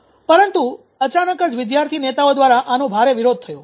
પરંતુ અચાનક જ વિદ્યાર્થી નેતાઓ દ્વારા આનો ભારે વિરોધ થયો